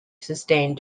sustained